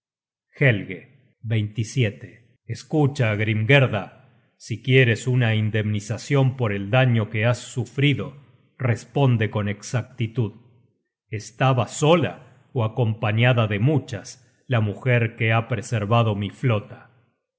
at escucha hrimgerda si quieres una indemnizacion por el daño que has sufrido responde con exactitud estaba sola ó acompañada de muchas la mujer que ha preservado mi flota y